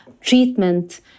treatment